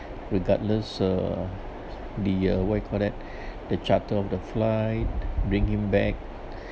regardless uh the uh what you call that the charter of the flight bring him back